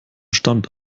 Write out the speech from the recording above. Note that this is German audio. stand